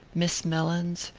miss mellins,